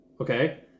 Okay